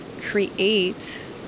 create